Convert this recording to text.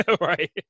Right